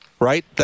right